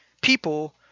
people